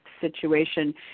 situation